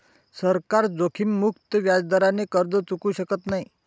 सरकार जोखीममुक्त व्याजदराने कर्ज चुकवू शकत नाही